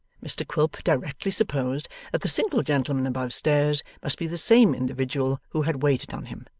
mr quilp directly supposed that the single gentleman above stairs must be the same individual who had waited on him,